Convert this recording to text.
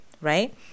right